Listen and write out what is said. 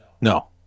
No